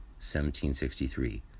1763